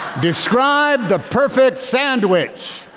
describe the perfect sandwich.